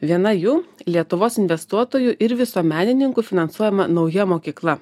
viena jų lietuvos investuotojų ir visuomenininkų finansuojama nauja mokykla